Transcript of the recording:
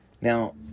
Now